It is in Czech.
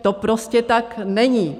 To prostě tak není.